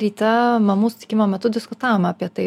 ryte mamų susitikimo metu diskutavom apie tai